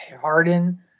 Harden